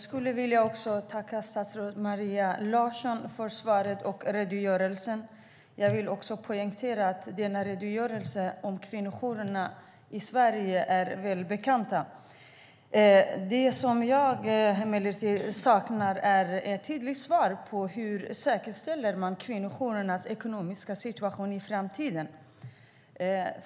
Fru talman! Jag skulle vilja tacka statsrådet Maria Larsson för svaret och redogörelsen. Jag vill också poängtera att det som framgick av redogörelsen om kvinnojourerna i Sverige är väl bekant. Jag saknar emellertid ett tydligt svar på hur man säkerställer kvinnojourernas ekonomiska situation i framtiden.